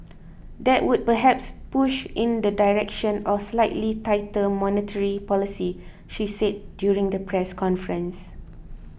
that would perhaps push in the direction of slightly tighter monetary policy she said during the press conference